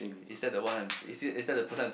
is that the one I am is it is that the person I am think